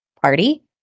party